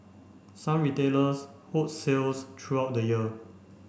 some retailers hold sales throughout the year